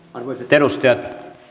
edustajat